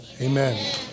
Amen